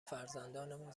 فرزندانمان